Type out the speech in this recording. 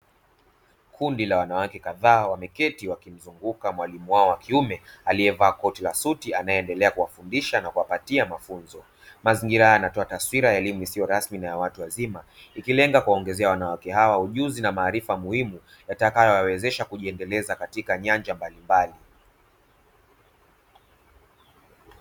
Kundi la wanawake kadhaa wameketi wakimzunguka mwalimu wao wa kiume aliyevaa koti la suti anayeendelea kuwahudisha na kuwapatia mafunzo. Mazingira haya yanaonyesha utoaji wa elimu isiyo rasmi na ya watu wazima, ikilenga kuongeza ujuzi na ufanisi katika nyanja mbalimbali.